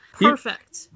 Perfect